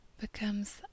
Becomes